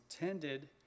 intended